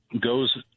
goes